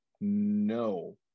No